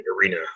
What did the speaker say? arena